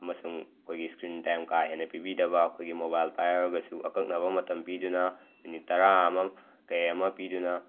ꯑꯃꯁꯨꯡ ꯑꯩꯈꯣꯏꯒꯤ screen time ꯀꯥ ꯍꯦꯟꯅ ꯄꯤꯕꯤꯗꯕ ꯑꯩꯈꯣꯏꯒꯤ ꯃꯣꯕꯥꯏꯜ ꯄꯥꯏꯔꯒꯁꯨ ꯑꯀꯛꯅꯕ ꯃꯇꯝ ꯄꯤꯗꯨꯅ ꯃꯤꯅꯤꯠ ꯇꯔꯥ ꯑꯃꯝ ꯀꯩ ꯑꯃ ꯄꯤꯗꯨꯅ